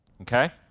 Okay